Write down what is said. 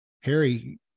Harry